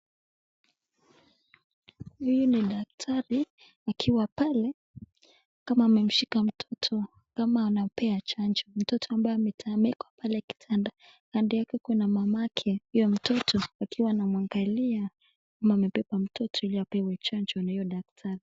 Huyu ni daktari akiwa pale kama amemshika mtoto ama anapea chanjo. Mtoto ambaye amewekwa pale kitanda. Kando yake kuna mamake ya mtoto akiwa anamwangalia ama amebeba mtoto ili apewe chanjo na huyo daktari.